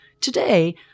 Today